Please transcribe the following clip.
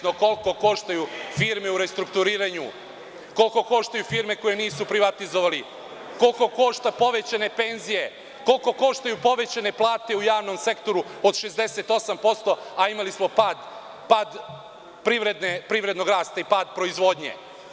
i indirektno koliko koštaju firme u restrukturiranju, koliko koštaju firme koje nisu privatizovali, koliko koštaju povećane penzije, koliko koštaju povećane plate u javnom sektoru od 68%, a imali smo pad privrednog rasta i pad proizvodnje?